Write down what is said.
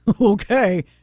Okay